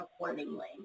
accordingly